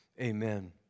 amen